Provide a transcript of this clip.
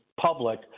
public